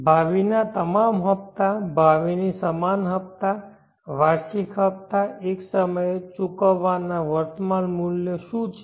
ભાવિના તમામ હપતા ભાવિની સમાન હપતા વાર્ષિક હપતા એક સમયે ચૂકવવાના વર્તમાન મૂલ્યો શું છે